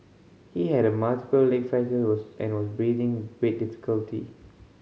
he had multiple leg fractures was and was breathing with difficulty